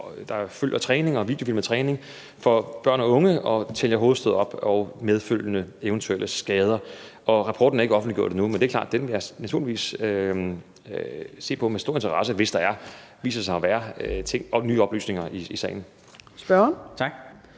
og har videofilmet træningen for børn og unge og tæller hovedstød op og eventuelle medfølgende skader. Rapporten er ikke offentliggjort endnu, men det er klart, at jeg naturligvis vil se på den med stor interesse, hvis der viser sig at være nye ting og nye oplysninger i sagen.